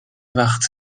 وخت